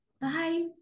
Bye